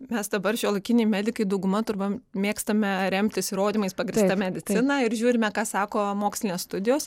mes dabar šiuolaikiniai medikai dauguma turbūt mėgstame remtis įrodymais pagrįsta medicina ir žiūrime ką sako mokslinės studijos